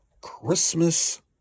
Christmas